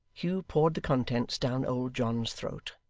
hugh poured the contents down old john's throat.